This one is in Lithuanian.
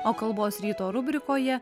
o kalbos ryto rubrikoje